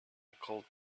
couldn’t